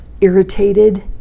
irritated